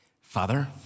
Father